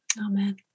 Amen